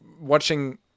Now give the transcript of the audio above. watching